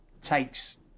takes